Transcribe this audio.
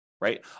right